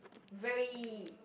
very